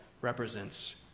represents